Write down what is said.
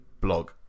blog